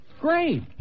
Great